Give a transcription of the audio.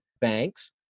banks